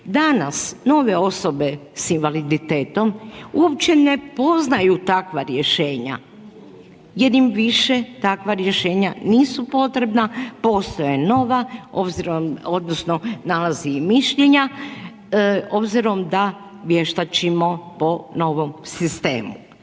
Danas nove osobe sa invaliditetom uopće ne poznaju takva rješenja jer im više takva rješenja nisu potrebna, postoje nova obzirom, odnosno nalazi i mišljenja, obzirom da vještačimo po novom sistemu.